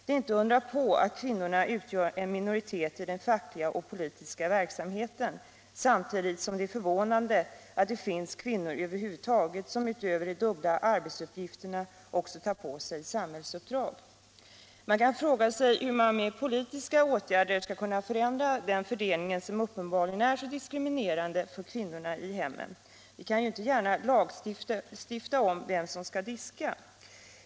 Det är inte att undra på att kvinnor utgör en minoritet i den fackliga och politiska verksamheten, samtidigt som det är förvånande att det över huvud taget finns kvinnor som utöver de dubbla arbetsuppgifterna också tar på sig samhällsuppdrag. Man kan fråga sig hur man med politiska åtgärder skall kunna förändra den fördelning som uppenbarligen är så diskriminerande för kvinnorna i hemmen. Vi kan ju inte gärna lagstifta om vem som skall diska.